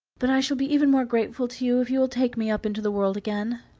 but i shall be even more grateful to you if you will take me up into the world again.